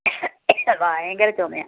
ഭയങ്കര ചുമയാ